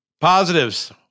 Positives